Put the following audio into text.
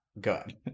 Good